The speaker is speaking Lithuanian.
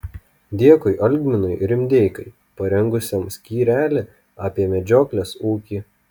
dėkui algminui rimdeikai parengusiam skyrelį apie medžioklės ūkį